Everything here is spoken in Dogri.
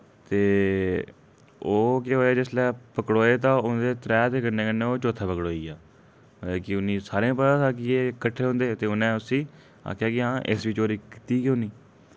ते ओह् केह् होएआ जिसलै पकड़ोए तां उं'दे त्रै दे कन्नै कन्नै ओह् चौथा पकड़ोई गेआ कि उ'नें सारें पता हा कि एह् किट्ठे रौंह्दे ते उ'नें उस्सी आखेआ कि हां इस बी चोरी कीती गै होनी